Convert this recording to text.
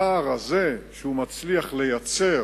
הפער הזה, שהוא מצליח לייצר,